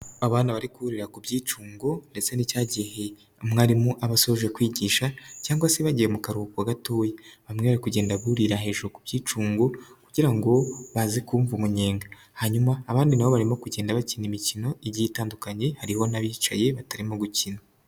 Abana bari kurira ku byicungo, ndetse n'icyagiye mwarimu abasoje kwigisha, cyangwa se bagiye mu karuhuko gatoya. Bamwe bari kugenda burira hejuru ku byicungu, kugira ngo baze kumva umunyenga. Hanyuma abandi nabo barimo kugenda bakina imikino igiye itandukanye, hariho n'abicaye batarimo gukina.